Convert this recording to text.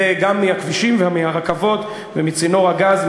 וגם מהכבישים, מהרכבות ומצינור הגז.